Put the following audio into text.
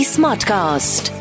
Smartcast